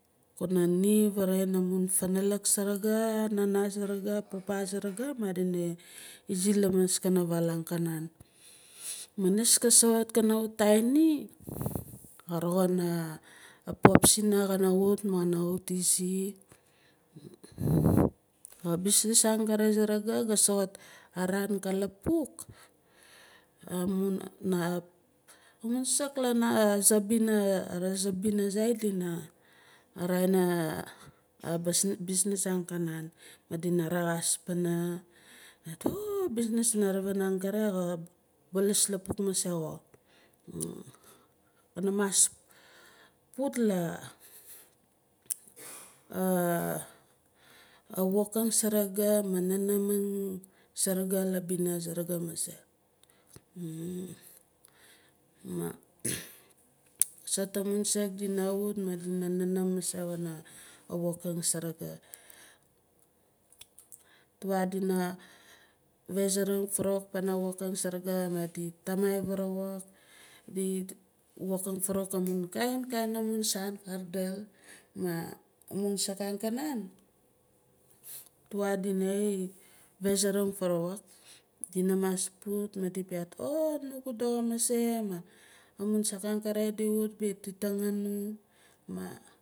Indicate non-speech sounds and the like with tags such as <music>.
Kuna ni farang amun nalak surugu nana surugu papa surugu madina izi lamaskana avaal angkanan. Maah niis ka soxot kana wut tain ni ka roxing a popsina kana wut ma kana wut izi ma businis angkare surugu ga soxot araan ka lapuk amun saak la zaa bina zait dinaah businis angkana ma dina rexas pana on a businis sina ravin xa balas lapuk mase xo. Kana ma puutla <hesitation> a wokang saraga ma jananamang saraga la bina saraga mase. Maah soxot amun saak dina wut madina nanam mase la wokang saraga. Tuwa dina wehziring faarawuk pana wokang saraga maah di tamai fanawuk di wokang farawuk amun kainkain amun saan faakdaal ma amun saan angkanantuwa dina wehziring farawuk dina mas put ma di piat oh nugu doxo mase man amun saan akere di wut tatangan maah di wut di tatagan